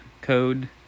code